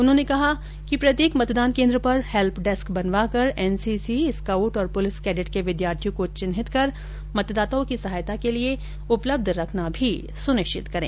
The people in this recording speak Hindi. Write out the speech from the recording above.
उन्होने कहा कि प्रत्येक मतदान केन्द्र पर हेल्प डैस्क बनवाकर एनसीसी स्काउंट और पुलिस कैडेट के विद्यार्थियों को चिन्हित कर मतदाताओं की सहायता के लिए उपलब्ध रखना सुनिश्चित करें